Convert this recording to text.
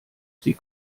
sie